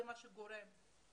זה מה שגורם לזה.